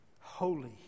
holy